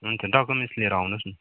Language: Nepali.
हुन्छ डकुमेन्ट्स लिएर आउनुहोस् न